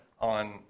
on